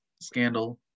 scandal